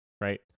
right